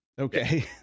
Okay